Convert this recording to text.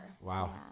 Wow